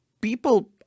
people